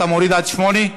אתה מוריד עד 8,